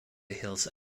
hills